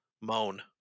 moan